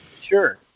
sure